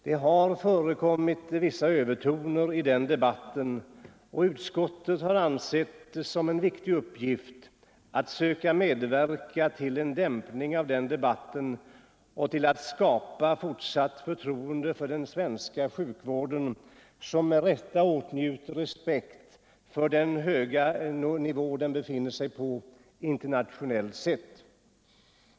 Det har förekommit vissa övertoner i den debatten, och utskottet har ansett det som en viktig uppgift att söka medverka till en dämpning av den debatten och till att skapa fortsatt förtroende för den svenska sjukvården, som med rätta åtnjuter respekt för den höga nivå som den befinner sig på internationellt sett.